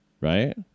Right